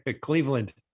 Cleveland